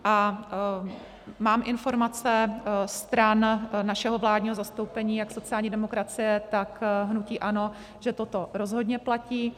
A mám informace stran našeho vládního zastoupení, jak sociální demokracie, tak hnutí ANO, že toto rozhodně platí.